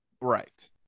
Right